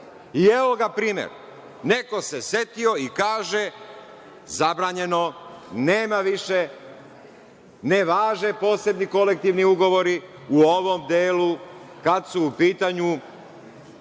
Evo ga primer, neko se setio i kaže – zabranjeno, nema više, ne važe više posebni kolektivni ugovori u ovom delu kad su u pitanju